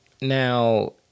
Now